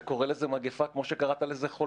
אתה קורא לזה מגיפה, כמו שאמרת חולים.